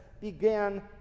began